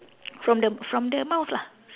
from the from the mouth lah